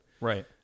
Right